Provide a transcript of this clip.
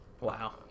Wow